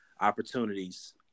opportunities